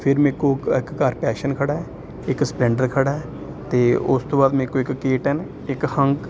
ਫਿਰ ਮੇਰੇ ਕੋਲ ਕ ਇੱਕ ਘਰ ਪੈਸ਼ਨ ਖੜ੍ਹਾ ਇੱਕ ਸਪਲੈਂਡਰ ਖੜ੍ਹਾ ਅਤੇ ਉਸ ਤੋਂ ਬਾਅਦ ਮੇਰੇ ਕੋਲ ਇੱਕ ਕੇ ਟੈਂਨ ਇੱਕ ਹੰਕ